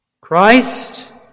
Christ